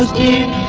e